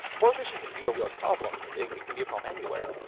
polarization can be a real problem. it can be a problem anywhere,